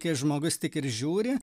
kai žmogus tik ir žiūri